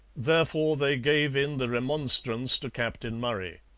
therefore they gave in the remonstrance to captain murray.